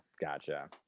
gotcha